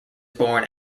born